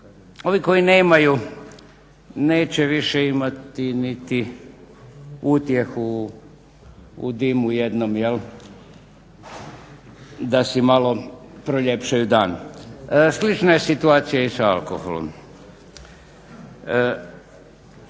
ovi koji nemaju neće više imati niti utjehu u dimu jednom da si malo proljepšaju dan. Slična je situacija i sa alkoholom,